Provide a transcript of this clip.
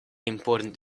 important